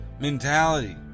mentality